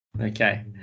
okay